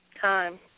Time